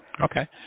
Okay